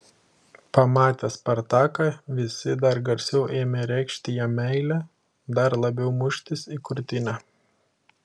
pamatę spartaką visi dar garsiau ėmė reikšti jam meilę dar labiau muštis į krūtinę